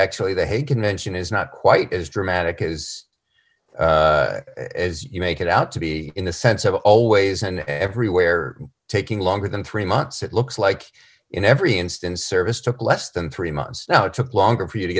actually the hague convention is not quite as dramatic as you make it out to be in the sense of always and everywhere taking longer than three months it looks like in every instance service took less than three months now it took longer for you to